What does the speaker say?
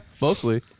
mostly